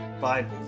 bible